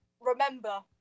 remember